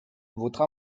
votre